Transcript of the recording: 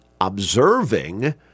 observing